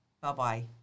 Bye-bye